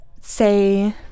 say